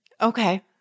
Okay